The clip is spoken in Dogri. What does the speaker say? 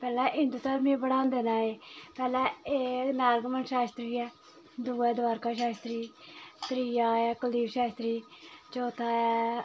पैह्लें हिंदू धर्म बी बढ़ांदे न एह् पैह्लें एह् नारगमन शास्त्री ऐ दूए द्वारका शास्त्री त्रिया ऐ कुलदीप शास्त्री चौथा ऐ